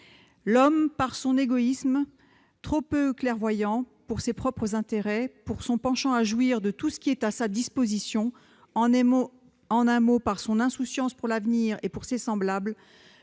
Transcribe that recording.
L'homme, par son égoïsme trop peu clairvoyant pour ses propres intérêts, par son penchant à jouir de tout ce qui est à sa disposition, en un mot par son insouciance pour l'avenir et pour ses semblables,